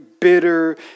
bitter